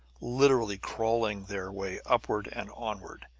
literally clawing their way upward and onward.